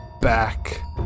back